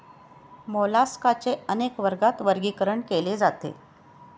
मोलास्काचे अनेक वर्गात वर्गीकरण केले जाते